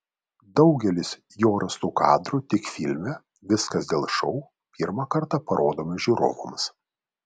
daugelis jo rastų kadrų tik filme viskas dėl šou pirmą kartą parodomi žiūrovams